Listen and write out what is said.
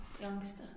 Youngster